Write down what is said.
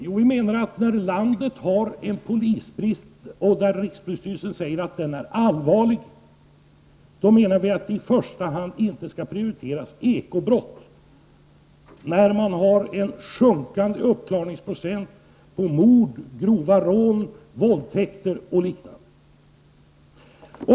Jo, vi menar att när landet har en polisbrist, och då rikspolisstyrelsen säger att den är allvarlig, skall vi i första hand inte prioritera ekobrott, dvs. när man har en minskande uppklarningsprocent när det gäller mord, grova rån, våldtäkter och liknande brott.